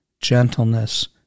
gentleness